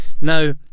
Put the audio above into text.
Now